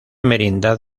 merindad